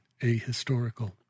ahistorical